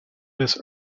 this